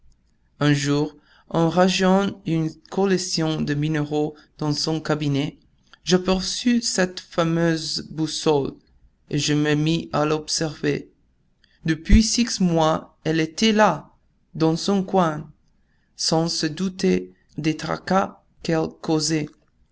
un jour en rangeant une collection de minéraux dans son cabinet j'aperçus cette fameuse boussole et je me mis à observer depuis six mois elle était là dans son coin sans se douter des tracas